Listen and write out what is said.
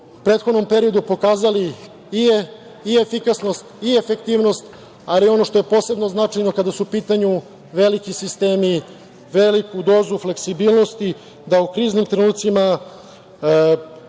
prethodnom periodu pokazali efikasnost, efektivnost, ali ono što je posebno značajno kada su u pitanju veliki sistemi, veliku dozu fleksibilnosti da u kriznim trenucima,